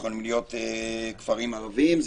יכולים להיות כפרים ערביים,